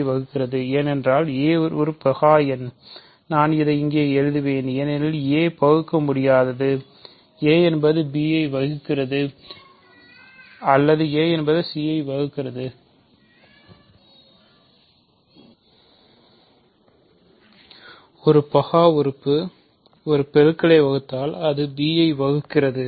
யைப் வகுக்கிறது ஏனென்றால் a பகா எண் நான் இதை இங்கே எழுதுவேன் ஏனெனில் a பகுக்கமுடியாதது a என்பது bஐ வகுக்கிறது அல்லது a என்பது c ஐ வகுக்கிறது ஒரு பகா உறுப்பு ஒரு பெருக்களை வகுத்தால் அது b ஐப் வகுக்கிறது